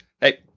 hey